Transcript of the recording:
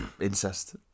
incest